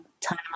time